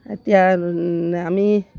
এতিয়া আমি